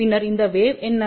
பின்னர் இந்த வேவ் என்ன